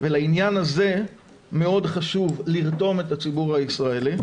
ולעניין הזה מאוד חשוב לרתום את הציבור הישראלי,